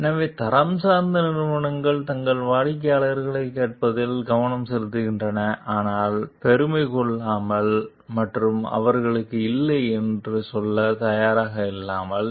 எனவே தரம் சார்ந்த நிறுவனங்கள் தங்கள் வாடிக்கையாளர்களை கேட்பதில் கவனம் செலுத்துகின்றன ஆனால் பெருமை கொள்ளலாம் மற்றும் அவர்களுக்கு இல்லை என்று சொல்ல தயாராக இருக்கலாம்